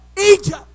Egypt